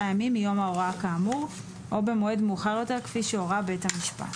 ימים מיום ההוראה כאמור או במועד מאוחר יותר כפי שהורה בית המשפט.